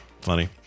funny